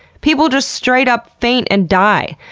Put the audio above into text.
people just straight up faint and die!